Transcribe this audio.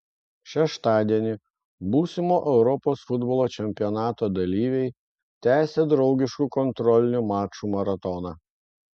šeštadienį būsimo europos futbolo čempionato dalyviai tęsė draugiškų kontrolinių mačų maratoną